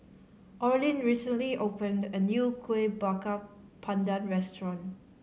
Orlin recently opened a new Kueh Bakar Pandan restaurant